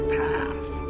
path